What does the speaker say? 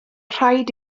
rhaid